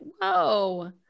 whoa